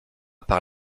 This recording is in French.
par